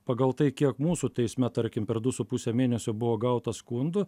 pagal tai kiek mūsų teisme tarkim per du su puse mėnesio buvo gauta skundų